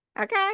Okay